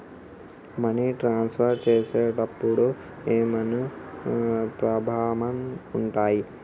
Money transfer చేసేటప్పుడు ఏమైనా problems ఉంటయా?